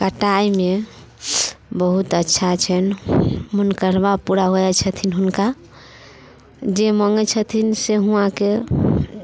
कटाइमे बहुत अच्छा छै मनकरबा पूरा भऽ जाइ छथिन हुनका जे माँगै छथिन से हुआँके